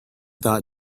thought